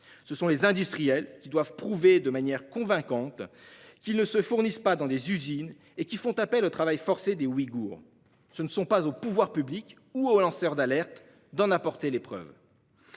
ce sont les industriels qui doivent prouver de manière convaincante qu'ils ne se fournissent pas dans des usines faisant appel au travail forcé des Ouïghours. Ce ne sont pas aux pouvoirs publics ou aux lanceurs d'alerte d'en apporter les preuves.